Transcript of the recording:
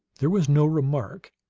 there was no remark,